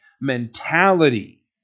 mentality